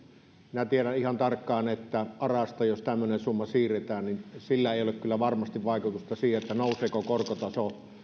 minä tiedän ihan tarkkaan että jos arasta tämmöinen summa siirretään niin sillä ei ole kyllä varmasti vaikutusta siihen nouseeko korkotaso